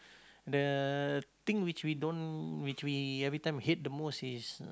the thing which we don't which we everytime hate the most is